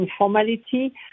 informality